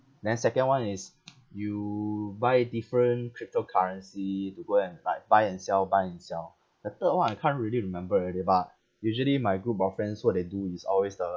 then second [one] is you buy different cryptocurrency to go and like buy and sell buy and sell the third one I can't really remember already but usually my group of friends what they do is always the